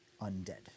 undead